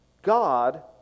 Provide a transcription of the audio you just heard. God